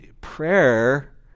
Prayer